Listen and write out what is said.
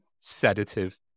sedative